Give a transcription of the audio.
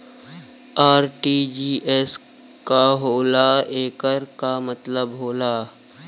RTGS का होला एकर का मतलब होला?